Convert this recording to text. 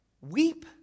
Weep